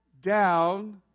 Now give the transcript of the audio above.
down